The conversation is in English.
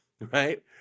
right